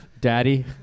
Daddy